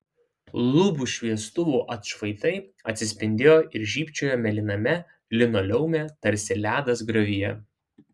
lubų šviestuvų atšvaitai atsispindėjo ir žybčiojo mėlyname linoleume tarsi ledas griovyje